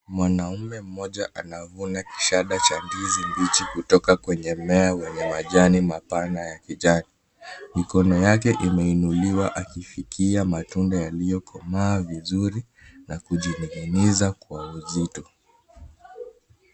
Mwanamme mmoja anavuna kishanda cha ndizi mbichi kutoka kwenye mmea wenye majani mapana ya kijani. Mikono yake imeinuliwa akifikia matunda yaliyokomaa vizuri na kujining'iniza kwa uzito.